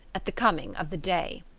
at the coming of the day.